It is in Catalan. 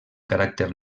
caràcter